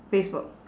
facebook